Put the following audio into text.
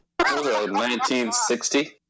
1960